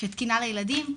תקינה לילדים,